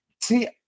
See